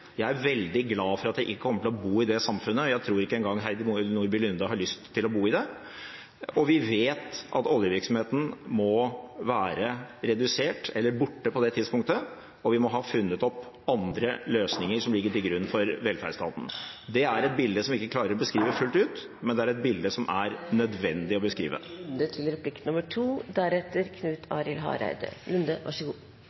Jeg er veldig glad for at jeg ikke kommer til å bo i det samfunnet, og jeg tror ikke engang Heidi Nordby Lunde har lyst til å bo i det. Vi vet at oljevirksomheten må være redusert eller borte på det tidspunktet, og vi må ha funnet opp andre løsninger som ligger til grunn for velferdsstaten. Det er et bilde som jeg ikke klarer å beskrive fullt ut, men det er et bilde som det er nødvendig å beskrive.